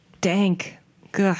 dank